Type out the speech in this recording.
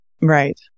Right